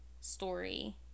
story